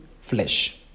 flesh